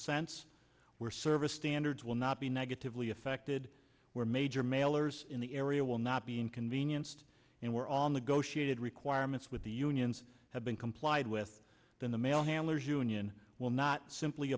sense where service standards will not be negatively affected where major mailers in the area will not be inconvenienced and were on the go she added requirements with the unions have been complied with then the mail handlers union will not simply